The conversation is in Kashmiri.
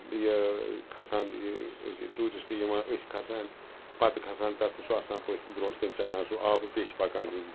کھَسان یہِ أسۍ ٹوٗرِسٹ یِوان أسۍ کھَسان پَتہٕ کھَسان تَتھ تہِ چھُ آسان پٔتھۍ برٛونٛٹھ کَنۍ چَلان سُہ آبہٕ پیٚٹھۍ پَکان یِم